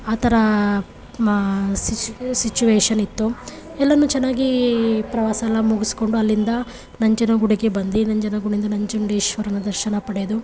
ಆ ಥರ ಸಿಚು ಸಿಚುವೇಶನ್ನಿತ್ತು ಎಲ್ಲನೂ ಚೆನ್ನಾಗಿ ಪ್ರವಾಸ ಎಲ್ಲ ಮುಗಿಸ್ಕೊಂಡು ಅಲ್ಲಿಂದ ನಂಜನಗೂಡಿಗೆ ಬಂದ್ವಿ ನಂಜನಗೂಡಿಂದ ನಂಜುಂಡೇಶ್ವರನ ದರ್ಶನ ಪಡೆದು